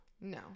No